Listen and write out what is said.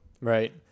right